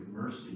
mercy